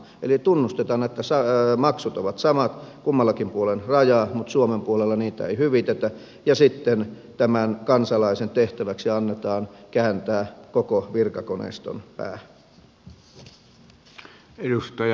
eli tunnustetaan että maksut ovat samat kummallakin puolen rajaa mutta suomen puolella niitä ei hyvitetä ja sitten tämän kansalaisen tehtäväksi annetaan kääntää koko virkakoneiston pää